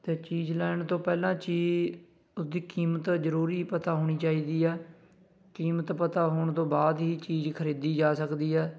ਅਤੇ ਚੀਜ਼ ਲੈਣ ਤੋਂ ਪਹਿਲਾਂ ਚੀ ਉਹਦੀ ਕੀਮਤ ਜ਼ਰੂਰੀ ਪਤਾ ਹੋਣੀ ਚਾਹੀਦੀ ਹੈ ਕੀਮਤ ਪਤਾ ਹੋਣ ਤੋਂ ਬਾਅਦ ਹੀ ਚੀਜ਼ ਖਰੀਦੀ ਜਾ ਸਕਦੀ ਹੈ